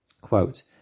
quote